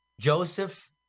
Joseph